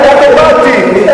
הגנה אוטומטית.